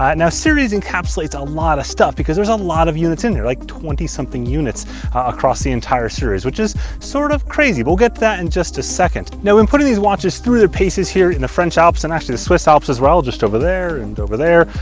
um now series encapsulates a lot of stuff because there's a lot of units in there, like twenty something units across the entire series which is sort of crazy we'll get that in and just a second. now in putting these watches through their paces here in the french alps and actually the swiss alps as well, just over there and over there.